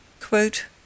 Quote